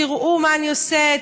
תראו מה אני עושה,